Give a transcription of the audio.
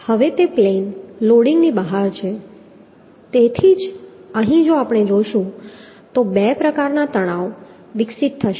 હવે તે પ્લેન લોડિંગની બહાર છે તેથી જ અહીં જો આપણે જોશું તો 2 પ્રકારના તણાવ વિકસિત થશે